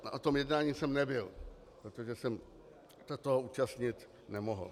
Na tom jednání jsem nebyl, protože jsem se toho účastnit nemohl.